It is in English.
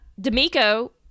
D'Amico